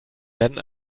werden